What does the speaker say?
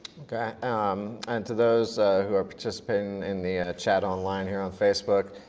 um and to those who are participating in the chat online here on facebook,